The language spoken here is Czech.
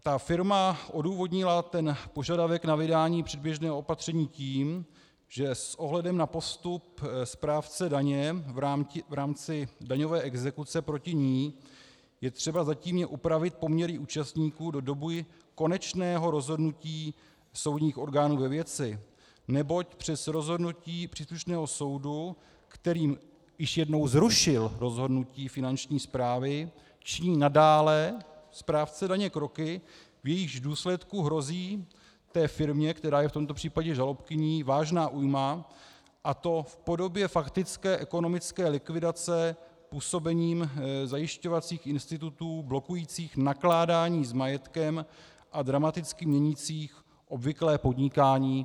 Ta firma odůvodnila požadavek na vydání předběžného opatření tím, že s ohledem na postup správce daně v rámci daňové exekuce proti ní je třeba zatímně upravit poměry účastníků do doby konečného rozhodnutí soudních orgánů ve věci, neboť přes rozhodnutí příslušného soudu, který již jednou zrušil rozhodnutí Finanční správy, činí nadále správce daně kroky, v jejichž důsledku hrozí té firmě, která je v tomto případě žalobkyní, vážná újma, a to v podobě faktické ekonomické likvidace působením zajišťovacích institutů blokujících nakládání s majetkem a dramaticky měnících obvyklé podnikání žalobkyně.